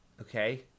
Okay